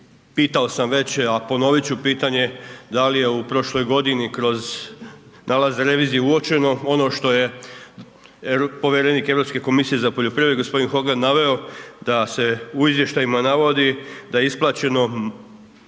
pitao sam već a ponovit ću pitanje, da li je u prošloj godini kroz nalaz revizije uočeno ono što je povjerenik Europske komisije za poljoprivredu, g. Hogan naveo, da se u izvještajima navodi da je isplaćeno